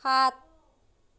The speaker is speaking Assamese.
সাত